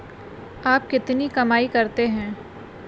आप कितनी कमाई करते हैं?